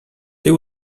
they